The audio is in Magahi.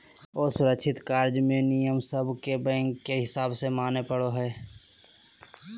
असुरक्षित कर्ज मे नियम सब के बैंक के हिसाब से माने पड़ो हय